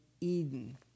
Eden